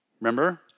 Remember